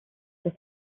das